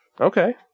Okay